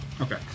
Okay